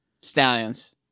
Stallions